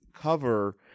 cover